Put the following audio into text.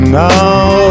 now